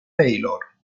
taylor